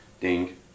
ding